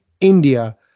india